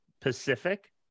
Pacific